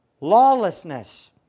Lawlessness